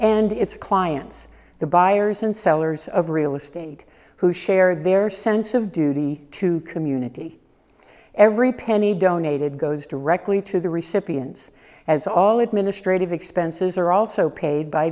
and its clients the buyers and sellers of real estate who share their sense of duty to community every penny donated goes directly to the recipients as all administrative expenses are also paid by